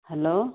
hello